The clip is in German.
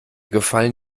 gefallen